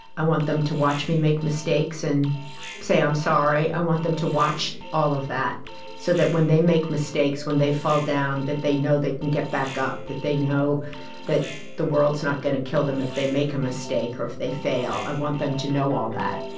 i want them to watch me make mistakes and say i'm sorry. i want them to watch all of that so that when they make mistakes, when they fall down, that they know they can get back up, that they know that the world's not going to kill them if they make a mistake or if they fail. i want them to know all that